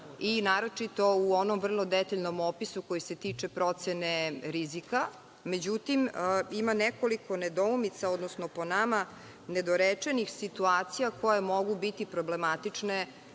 i naročito u onom vrlo detaljnom opisu koji se tiče procene rizika. Međutim, ima nekoliko nedoumica, odnosno po nama nedorečenih situacija koje mogu biti problematične